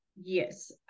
Yes